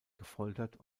gefoltert